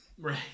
right